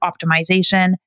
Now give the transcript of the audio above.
optimization